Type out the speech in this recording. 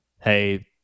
hey